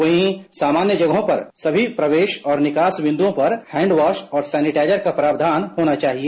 वहीं सामान्य जगहों पर समी प्रवेश और निकास विन्दुओं पर हैंडवास और सैनिटाइजर का प्रावधान होना चाहिए